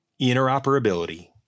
Interoperability